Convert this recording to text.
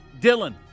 Dylan